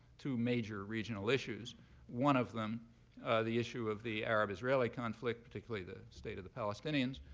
two major regional issues one of them the issue of the arab-israeli conflict, particularly the state of the palestinians.